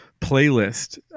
playlist